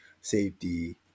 safety